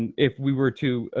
and if we were to,